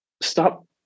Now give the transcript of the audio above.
stop